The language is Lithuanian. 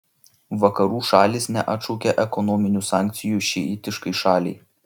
vakarų šalys neatšaukė ekonominių sankcijų šiitiškai šaliai